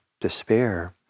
despair